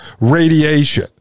radiation